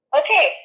okay